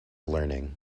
learning